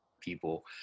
people